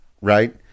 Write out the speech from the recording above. right